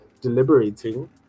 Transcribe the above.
deliberating